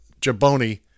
jaboni